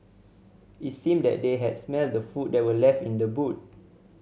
it seemed that they had smelt the food that were left in the boot